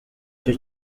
icyo